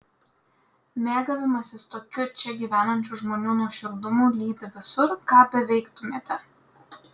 mėgavimasis tokiu čia gyvenančių žmonių nuoširdumu lydi visur ką beveiktumėte